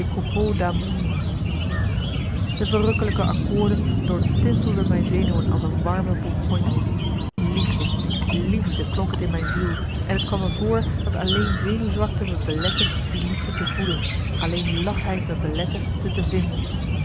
d'amour de verrukkelijke akkoorden doortintelden mijn zenuwen als een warme bourgogne liefde liefde klonk het in mijn ziel en het kwam me voor dat alleen zenuwzwakte me belette die liefde te voelen alleen lafheid me belette ze te vinden